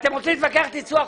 אתם עכשיו כאן מבקשים תוספת.